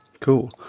Cool